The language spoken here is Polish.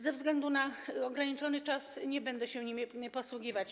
Ze względu na ograniczony czas nie będę się nimi posługiwać.